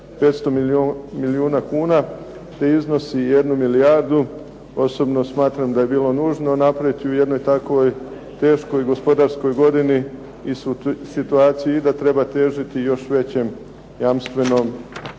500 milijuna kuna te iznosi 1 milijardu. Osobno smatram da je bilo nužno napraviti u jednoj takvoj teškoj gospodarskoj godini i situaciji i da treba težiti još većem jamstvenom